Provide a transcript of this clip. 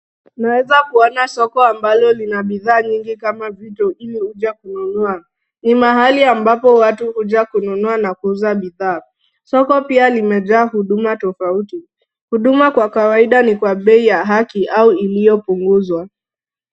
Naweza kuona soko ambalo lina bidhaa nyingi kama vile vitu ili hukuja kununua. Ni mahali ambapo watu hukuja kununua na kuuza bidhaa. Soko pia limejaa huduma tofauti. Huduma kwa kawaida ni kwa bei ya haki au iliyopunguzwa.